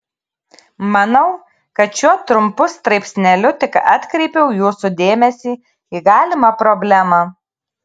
manau kad šiuo trumpu straipsneliu tik atkreipiau jūsų dėmesį į galimą problemą